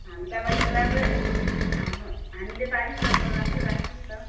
हामी त अब अलिक राम्रै हाम्रो हामीले त अलिक राम्रो राम्रै राख्छौँ नि त